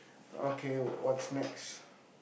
okay what's next